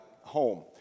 home